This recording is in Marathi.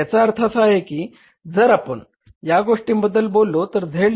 तर याचा अर्थ असा आहे की जर आपण या गोष्टींबद्दल बोललो तर Z